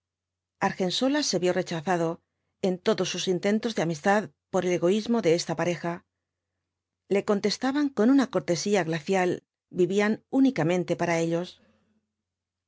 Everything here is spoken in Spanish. argensola se vio rechazado en todos sus intentos de amistad por el egoísmo de esta pareja le contestaban con una cortesía glacial vivían únicamente para ellos